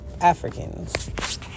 Africans